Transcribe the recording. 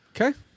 Okay